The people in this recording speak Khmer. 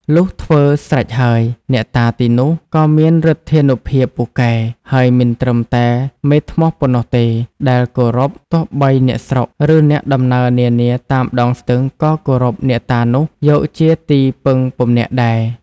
លុះធ្វើស្រេចហើយ អ្នកតាទីនោះ ក៏មានឫទ្ធានុភាពពូកែ ហើយមិនត្រឹមតែមេធ្នស់ប៉ុណ្ណោះទេ ដែលគោរព ទោះបីអ្នកស្រុក ឬអ្នកដំណើរនានាតាមដងស្ទឹង ក៏គោរព អ្នកតានោះ យកជាទីពឹងពំនាក់ដែរ ។